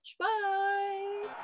bye